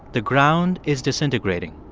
the ground is disintegrating.